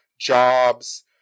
jobs